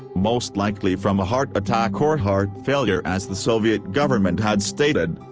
most likely from a heart attack or heart failure as the soviet government had stated,